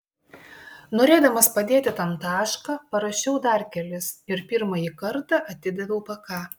norėdamas padėti tam tašką parašiau dar kelis ir pirmąjį kartą atidaviau pk